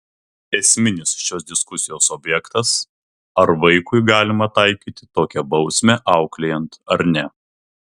esminis šios diskusijos objektas ar vaikui galima taikyti tokią bausmę auklėjant ar ne